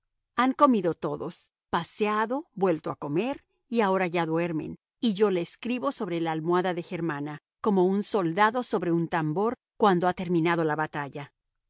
han comido todos paseado vuelto a comer ahora ya duermen y yo le escribo sobre la almohada de germana como un soldado sobre un tambor cuando ha terminado la batalla